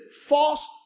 false